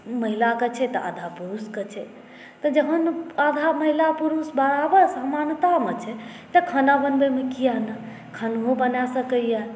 महिलाके छै तऽ आधा पुरुषके छै तऽ जहन आधा महिला पुरुष बराबर समानतामे छै तऽ खाना बनबैमे किया नहि खानो बना सकैए